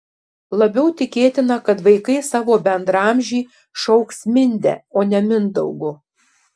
labiau tikėtina kad vaikai savo bendraamžį šauks minde o ne mindaugu